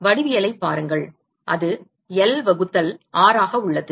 வடிவியலைப் பாருங்கள் அது L வகுத்தல் R ஆக உள்ளது